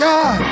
God